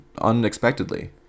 unexpectedly